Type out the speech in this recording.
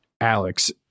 Alex